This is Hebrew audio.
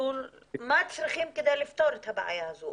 מה צריכים כדי לפתור את הבעיה הזאת?